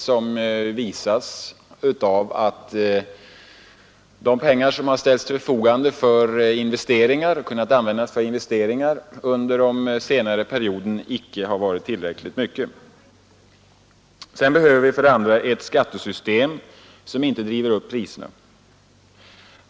Det visas av att det under den senaste perioden icke kunnat ställas tillräckligt med pengar till förfogande för investeringar. För det andra behöver vi ett skattesystem som inte driver upp priserna.